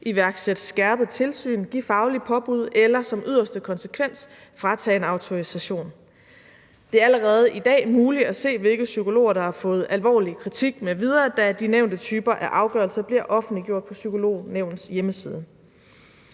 iværksætte skærpet tilsyn, give faglige påbud eller som yderste konsekvens fratage en autorisation. Det er allerede i dag muligt at se, hvilke psykologer der har fået alvorlig kritik m.v., da de nævnte typer af afgørelser bliver offentliggjort på Psykolognævnets hjemmeside.